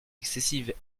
excessive